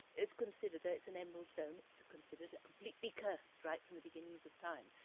is considered, though it's an emerald zone, it's considered completely cursed, right from the beginnings of time.